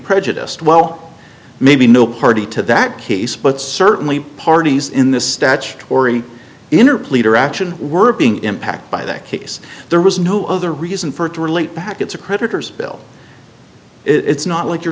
prejudiced well maybe no party to that case but certainly parties in the statutory inner pleader action were being impacted by that case there was no other reason for it to relate back it to creditors bill it's not like you're